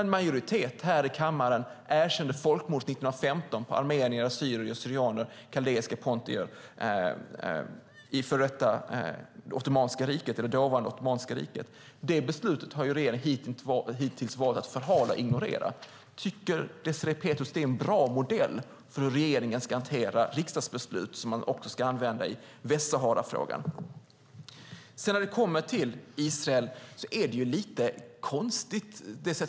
En majoritet i kammaren erkände folkmordet 1915 på armenier, assyrier/syrianer, kaldéer och pontier i dåvarande Ottomanska riket. Det beslutet har regeringen hittills valt att förhala och ignorera. Tycker Désirée Pethrus att det är en bra modell för hur regeringen ska hantera riksdagsbeslut som också ska användas i Västsaharafrågan? Désirée Pethrus sätt att argumentera om Israel är konstigt.